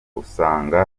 usanga